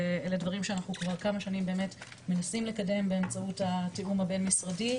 ואלה דברים שאנחנו כבר כמה שנים מנסים לקדם באמצעות התיאום הבין משרדי,